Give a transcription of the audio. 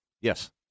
Yes